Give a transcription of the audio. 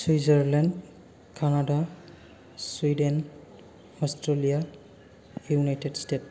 Switzerland Canada Sweden Australia United state